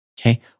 Okay